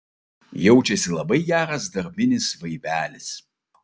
jaučiasi labai geras darbinis vaibelis